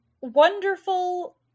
wonderful